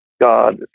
God